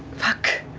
fuck.